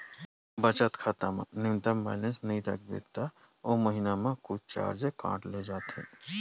बचत खाता म न्यूनतम बेलेंस नइ राखबे त ओ महिना म कुछ चारज काट ले जाथे